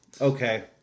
Okay